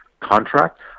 contract